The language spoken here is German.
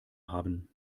haben